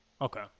Okay